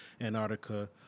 Antarctica